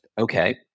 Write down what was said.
okay